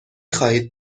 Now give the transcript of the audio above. خواهید